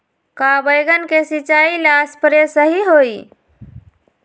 का बैगन के सिचाई ला सप्रे सही होई?